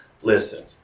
listen